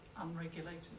Unregulated